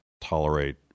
tolerate